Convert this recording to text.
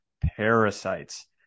parasites